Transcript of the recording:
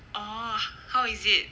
oh how is it